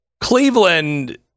Cleveland